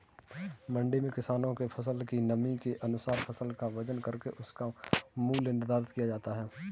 मंडी में किसानों के फसल की नमी के अनुसार फसल का वजन करके उसका मूल्य निर्धारित किया जाता है